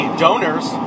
donor's